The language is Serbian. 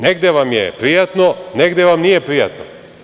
Negde vam je prijatno, negde vam nije prijatno.